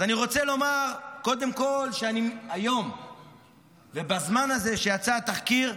אז אני רוצה לומר קודם כול שהיום ובזמן הזה שיצא התחקיר,